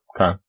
Okay